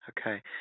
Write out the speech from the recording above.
Okay